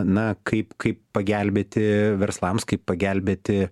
na kaip kaip pagelbėti verslams kaip pagelbėti